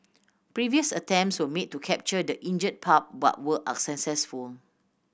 previous attempts were made to capture the injured pup but were unsuccessful